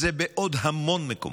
זה בעוד המון מקומות,